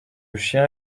chien